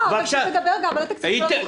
לא, אבל שתדבר גם על התקציב של המוכש"ר.